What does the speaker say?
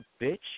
bitch